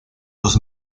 los